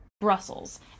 Brussels